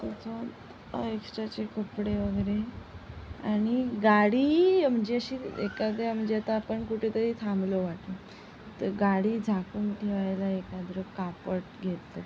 आणि त्याच्यात एक्स्ट्राचे कपडे वगैरे आणि गाडी म्हणजे अशी एखाद्या म्हणजे आपण कुठे तरी थांबलो वाटेत तर गाडी झाकून ठेवायला एखादं कापड घेतलं